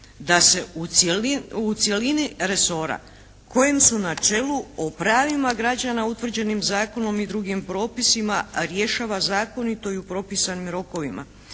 da se u cjelini resora kojem su na čelu o pravima građana utvrđenim zakonom i drugim propisima rješava zakonito i u propisanim rokovima.